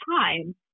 time